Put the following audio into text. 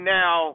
now